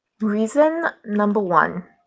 reason number one